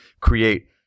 create